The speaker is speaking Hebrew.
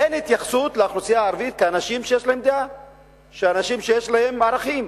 אין התייחסות לאוכלוסייה הערבית כאל אנשים שיש להם דעה,